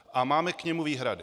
A máme k němu výhrady.